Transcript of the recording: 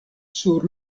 sur